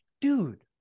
dude